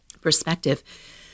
perspective